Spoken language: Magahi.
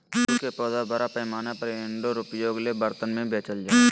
फूल के पौधा बड़ा पैमाना पर इनडोर उपयोग ले बर्तन में बेचल जा हइ